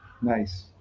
Nice